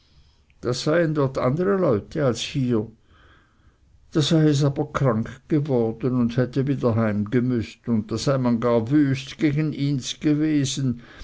das seien dort andere leute als hier da sei es aber krank geworden und hätte wieder heim gemüßt und da sei man gar wüst gegen ihns gewesen